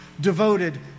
devoted